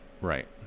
Right